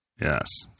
yes